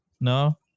no